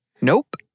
Nope